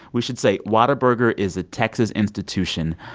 we should say whataburger is a texas institution,